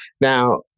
now